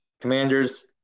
Commanders